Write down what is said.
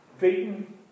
beaten